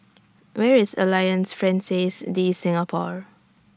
Where IS Alliance Francaise De Singapour